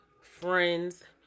friends